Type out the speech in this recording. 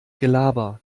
gelaber